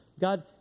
God